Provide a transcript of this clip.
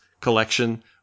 collection